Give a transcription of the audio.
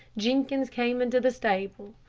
jenkins came into the stable.